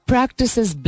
practices